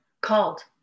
called